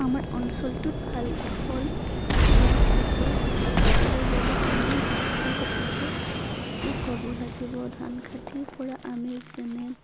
আমাৰ অঞ্চলটোত ভাল ফল দিয়া খেতিৰ কথা ক'বলৈ গ'লে আমি ধান খেতিৰ কথাকে ক'ব লাগিব ধান খেতিৰ পৰা আমি যেনে